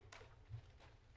יהיה לשלם.